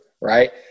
right